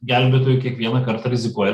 gelbėtojų kiekvieną kartą rizikuoja